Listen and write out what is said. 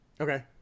Okay